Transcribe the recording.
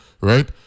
right